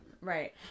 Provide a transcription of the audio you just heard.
Right